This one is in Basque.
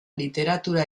literatura